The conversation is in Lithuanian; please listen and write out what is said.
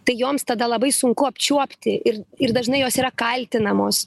tai joms tada labai sunku apčiuopti ir ir dažnai jos yra kaltinamos